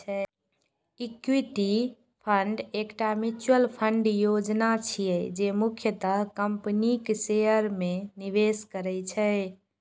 equity fund एकटा mutual fund योजना छियै, जे मुख्यतः कंपनीक शेयर मे निवेश करै छै